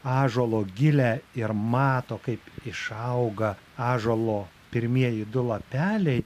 ąžuolo gilę ir mato kaip išauga ąžuolo pirmieji du lapeliai